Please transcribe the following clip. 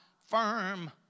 firm